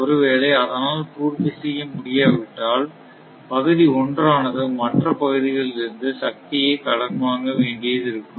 ஒருவேளை அதனால் பூர்த்தி செய்ய முடியாவிட்டால் பகுதி ஒன்றானது மற்ற பகுதிகளிலிருந்து சக்தியை கடன் வாங்க வேண்டியது இருக்கும்